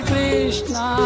Krishna